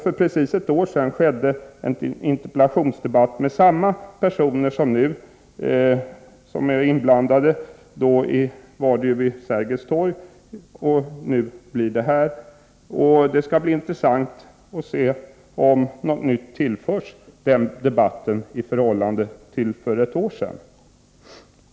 För precis ett år sedan ägde en interpellationsdebatt rum med samma personer som nu är inblandade — då var det vid Sergels torg, nu blir det här. Det skall bli intressant att höra om något nytt tillförs debatten i förhållande till för ett år sedan.